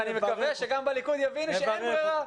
ואני מקווה שגם בליכוד יבינו שאין ברירה.